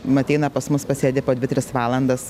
ateina pas mus pasėdi po dvi tris valandas